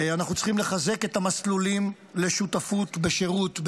אנחנו צריכים לחזק את המסלולים לשותפות בשירות,